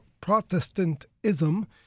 Protestantism